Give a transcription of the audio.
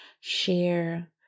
share